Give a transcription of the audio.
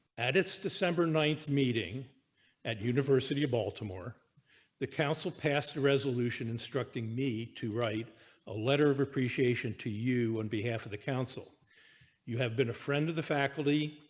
add it's december nine meeting at university of baltimore the council passed a resolution instructing me to write a letter of appreciation to you on and behalf of the council you have been a friend of the faculty.